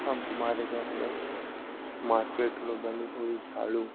हम हमारे घर में मार्केट में बनी हुई झाड़ू